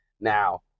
Now